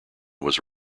was